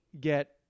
get